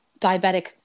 diabetic